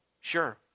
Sure